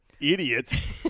idiot